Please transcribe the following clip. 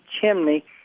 chimney